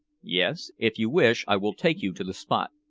yes. if you wish, i will take you to the spot.